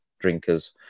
drinkers